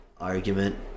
Argument